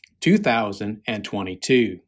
2022